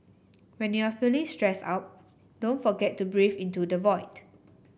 when you are feeling stressed out don't forget to breathe into the void